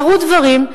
קרו דברים,